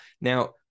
Now